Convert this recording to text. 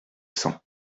sens